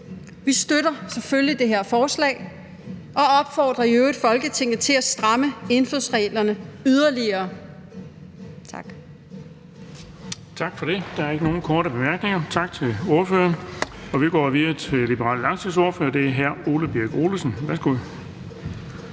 Vi støtter selvfølgelig det her forslag og opfordrer i øvrigt Folketinget til at stramme indfødsreglerne yderligere. Tak.